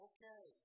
Okay